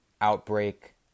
outbreak